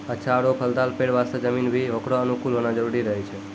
अच्छा आरो फलदाल पेड़ वास्तॅ जमीन भी होकरो अनुकूल होना जरूरी रहै छै